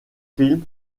films